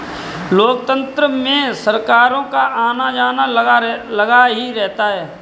लोकतंत्र में सरकारों का आना जाना लगा ही रहता है